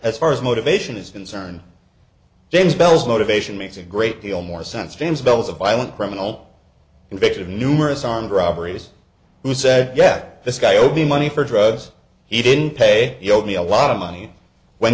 as far as motivation is concerned james bell's motivation makes a great deal more sense james bell's a violent criminal conviction of numerous armed robberies who said yet this guy obie money for drugs he didn't pay me a lot of money when